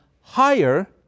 higher